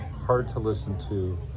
hard-to-listen-to